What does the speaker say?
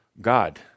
God